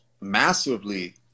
massively